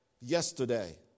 yesterday